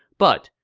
but,